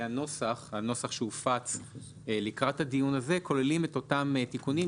הנוסח שהופץ לקראת הדיון הזה כוללים את אותם תיקונים.